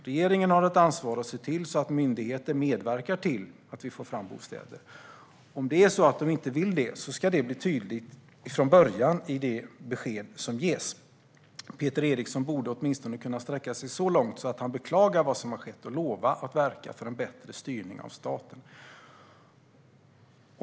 Regeringen har ett ansvar att se till så att myndigheter medverkar till att vi får fram bostäder. Om det är så att de inte vill det ska det vara tydligt från början i det besked som ges. Peter Eriksson borde kunna sträcka sig så långt att han åtminstone beklagar vad som skett och lovar att verka för en bättre styrning av staten.